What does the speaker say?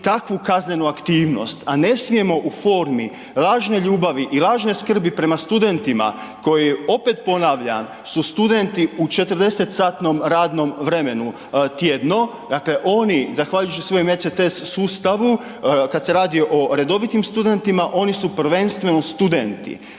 takvu kaznenu aktivnost, a ne smijemo u formi lažne ljubavi i lažne skrbi prema studentima koji, opet ponavljam, su studenti u 40-satnom radnom vremenu tjedno, dakle oni zahvaljujući svojim ETC sustavu kad se radi o redovitim studentima oni su prvenstveno studenti,